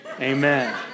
Amen